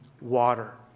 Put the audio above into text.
water